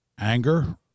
Anger